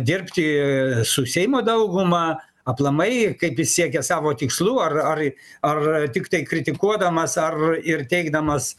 dirbti su seimo dauguma aplamai kaip jis siekia savo tikslų ar ar ar tiktai kritikuodamas ar ir teikdamas